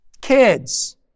Kids